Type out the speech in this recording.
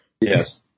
Yes